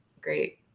great